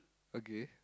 okay